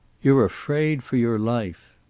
you're afraid for your life!